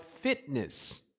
fitness